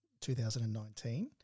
2019